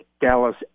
Dallas